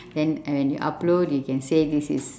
then when you upload you can say this is